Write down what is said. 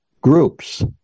groups